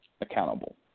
accountable